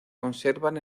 conservan